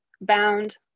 bound